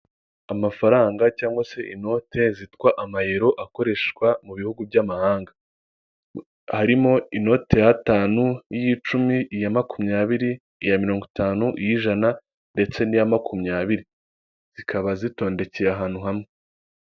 Hoteri nini iri mu bwoko bwa etaje igeretse gatatu yanditseho giriti apatimenti hoteri ivuze ko ari hoteri nziza irimo amacumbi akodeshwa.